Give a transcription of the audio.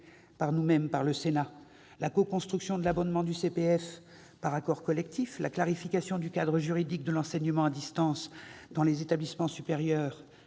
adoptées par le Sénat : la coconstruction de l'abondement du CPF par accord collectif ; la clarification du cadre juridique de l'enseignement à distance dans les établissements